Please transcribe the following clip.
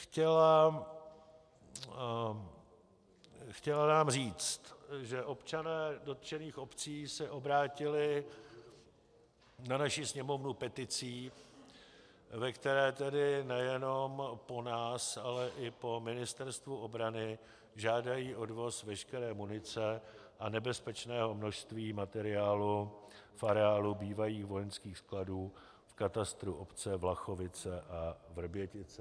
Chtěla nám říci, že občané dotčených obcí se obrátili na naši Sněmovnu peticí, ve které tedy nejenom po nás, ale i po Ministerstvu obrany žádají odvoz veškeré munice a nebezpečného množství materiálu v areálu bývalých vojenských skladů v katastru obce Vlachovice a Vrbětice.